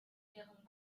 ihrem